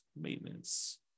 Maintenance